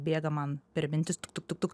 bėga man per mintis tuk tuk tuk tuk